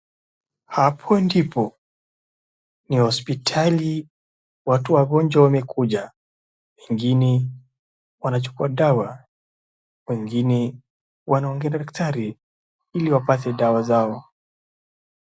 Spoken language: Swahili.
Hapo ndipo ni hospitali watu wangonjwa wamekuja wengine wanachukua dawa wengine wanaongea na daktari iliwapate dawa zao.